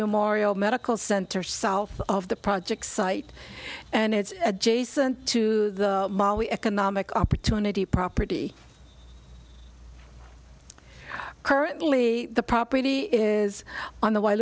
memorial medical center south of the project site and it's adjacent to the molly economic opportunity property currently the property is on the